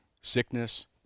sickness